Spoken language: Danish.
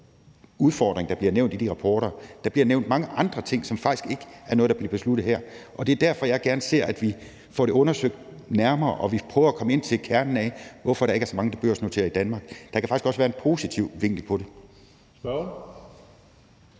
udfordring, der bliver nævnt i de rapporter. Der bliver nævnt mange andre ting, som faktisk ikke er noget, der bliver besluttet her. Og det er derfor, jeg gerne ser, at vi får det undersøgt nærmere, og at vi prøver at komme ind til kernen af, hvorfor der ikke er så mange, der børsnoterer sig i Danmark. Der kan faktisk også være en positiv vinkel på det. Kl.